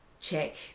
check